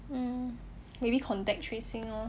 mm maybe contact tracing lor